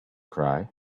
cry